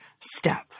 step